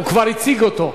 הוא כבר הציג אותו.